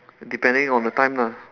depending on the time lah